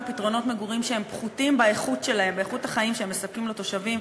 פתרונות מגורים שהם פחותים באיכות החיים שהם מספקים לתושבים,